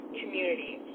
community